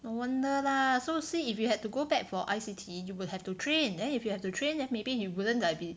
no wonder lah so say if you had to go back for I_C_T you will have to train then if you have to train then maybe you wouldn't like be